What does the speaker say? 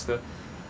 my sister